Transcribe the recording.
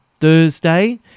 Thursday